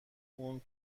اون